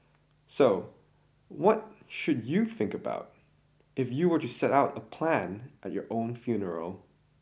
so what should you think about if you were to set out and plan at your own funeral